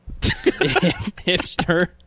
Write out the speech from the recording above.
Hipster